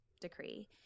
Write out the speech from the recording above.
decree